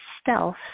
stealth